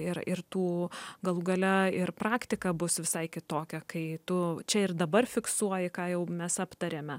ir ir tų galų gale ir praktika bus visai kitokia kai tu čia ir dabar fiksuoji ką jau mes aptarėme